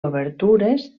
obertures